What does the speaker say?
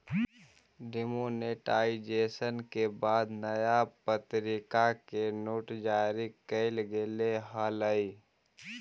demonetisation के बाद नया प्तरीका के नोट जारी कैल गेले हलइ